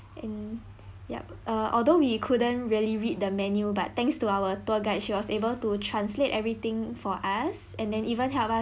and yup ah although we couldn't really read the menu but thanks to our tour guide she was able to translate everything for us and then even help us